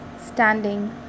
standing